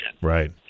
right